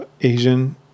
Asian